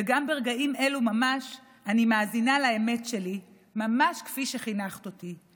וגם ברגעים אלו ממש אני מאזינה לאמת שלי ממש כפי שחינכת אותי,